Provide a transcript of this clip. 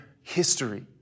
history